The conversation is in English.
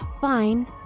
Fine